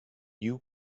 you